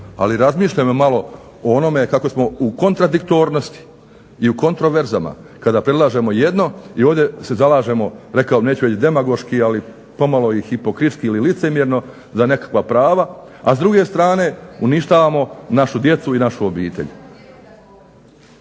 Ali razmišljajmo malo o onome kako smo u kontradiktornosti i u kontraverzama kada predlažemo jedno i ovdje se zalažemo neću reći demagoški ali pomalo i hipokritski ili licemjerno za nekakva prava, a s druge strane uništavamo našu djecu i našu obitelj.